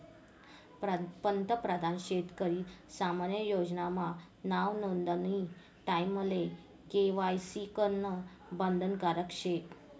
पंतप्रधान शेतकरी सन्मान योजना मा नाव नोंदानी टाईमले के.वाय.सी करनं बंधनकारक शे